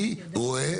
אני רואה